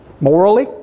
Morally